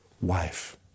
wife